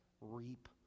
reap